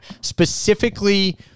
Specifically